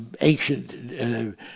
ancient